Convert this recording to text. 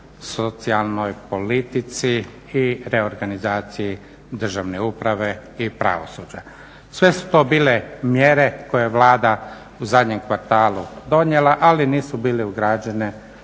socijalnoj policiji i reorganizaciji državne uprave i pravosuđa. Sve su to bile mjere koje je Vlada u zadnjem kvartalu donijela, ali nisu bile ugrađene